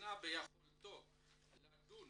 החנינה ביכולתו לדון